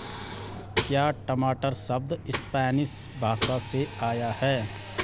क्या टमाटर शब्द स्पैनिश भाषा से आया है?